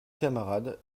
camarade